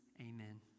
Amen